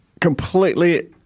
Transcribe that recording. completely